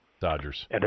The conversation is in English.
Dodgers